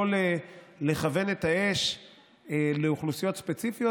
לא לכוון את האש לאוכלוסיות ספציפיות,